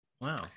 Wow